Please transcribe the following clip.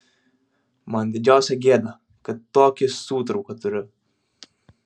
man didžiausia gėda kad tokį sūtrauką turiu